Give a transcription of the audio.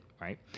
Right